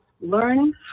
learn